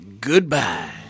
Goodbye